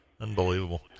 Unbelievable